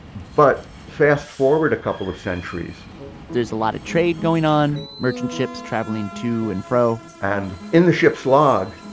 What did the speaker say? but fast forward a couple of centuries there's a lot of trade going on, merchant ships traveling to and fro and in the ship's log,